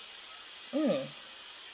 mm